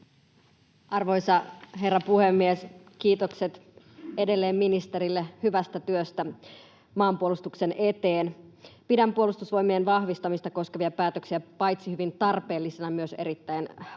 Arvoisa herra puhemies! Kiitokset edelleen ministerille hyvästä työstä maanpuolustuksen eteen. Pidän Puolustusvoimien vahvistamista koskevia päätöksiä paitsi hyvin tarpeellisina myös erittäin